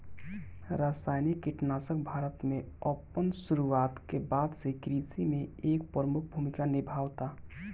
रासायनिक कीटनाशक भारत में अपन शुरुआत के बाद से कृषि में एक प्रमुख भूमिका निभावता